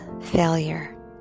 failure